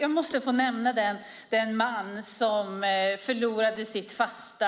Jag måste få nämna en man som förlorade sitt fasta